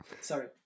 Sorry